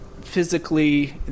physically